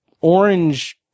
orange